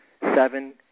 seven